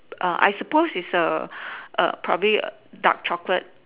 err I suppose is a err probably dark chocolate